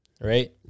right